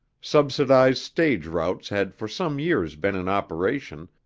subsidized stage routes had for some years been in operation,